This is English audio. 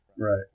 Right